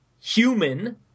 Human